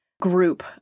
group